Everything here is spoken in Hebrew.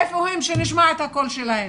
איפה הם שנשמע את הקול שלהם?